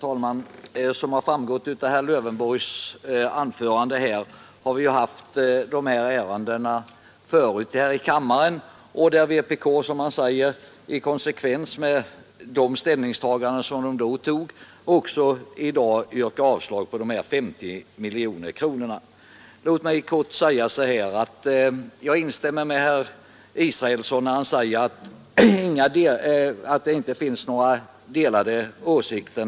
Herr talman! Såsom framgått av herr Israelssons anförande har vi tidigare haft de här ärendena till behandling i kammaren. Vpk yrkar också, i konsekvens med tidigare ställningstagande, avslag på nu föreslagna 50 miljoner kronor. Låt mig kort säga att jag instämmer med herr Israelsson när han säger att det inte finns några skilda åsikter.